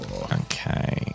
Okay